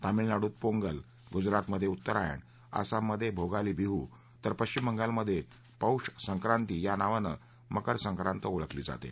तामिळनाडूत पोंगल गुजरातमधे उत्तरायण आसममधे भोगाली बिहु तर पश्चिम बंगालमधे पौष संक्राती या नावाने मकर संक्रात ओळखली जाते